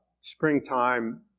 Springtime